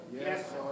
Yes